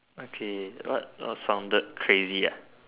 okay what what sounded crazy ah